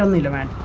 um the government